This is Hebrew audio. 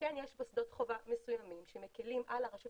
שיש בו שדות חובה מסוימים שמקלים על הרשות